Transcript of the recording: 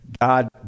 God